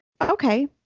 okay